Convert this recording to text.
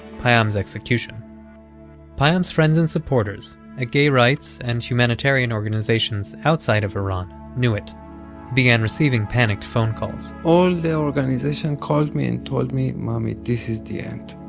payam's execution payam's friends and supporters at gay rights and humanitarian organizations outside of iran knew it. he began receiving panicked phone calls all the organization called me and told me, mami, this is the end.